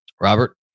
Robert